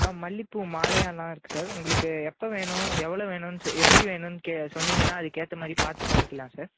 ஆ மல்லிப்பூ மாலையெலாம் இருக்குது சார் உங்களுக்கு எப்போ வேணும் எவ்வளோ வேணுன்னு எப்படி வேணுன்னு கே சொன்னீங்கன்னா அதுக்கேற்ற மாதிரி பார்த்து பண்ணிக்கலாம் சார்